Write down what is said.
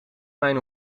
mijn